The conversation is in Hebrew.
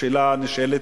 השאלה הנשאלת: